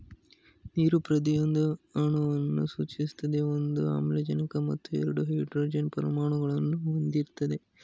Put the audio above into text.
ನೀರು ಪ್ರತಿಯೊಂದು ಅಣುವನ್ನು ಸೂಚಿಸ್ತದೆ ಒಂದು ಆಮ್ಲಜನಕ ಮತ್ತು ಎರಡು ಹೈಡ್ರೋಜನ್ ಪರಮಾಣುಗಳನ್ನು ಹೊಂದಿರ್ತದೆ